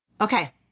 Okay